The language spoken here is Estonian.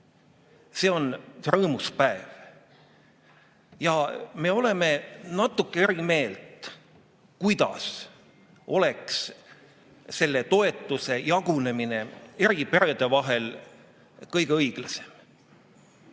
See on rõõmus päev. Ja me oleme natuke eri meelt, kuidas oleks selle toetuse jagunemine eri perede vahel kõige õiglasem.